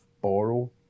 borrow